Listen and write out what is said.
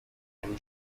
and